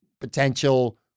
potential